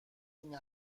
این